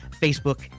Facebook